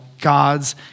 God's